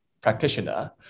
practitioner